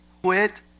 Quit